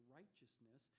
righteousness